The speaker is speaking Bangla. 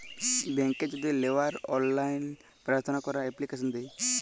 ব্যাংকে যদি লেওয়ার অললাইন পার্থনা ক্যরা এপ্লিকেশন দেয়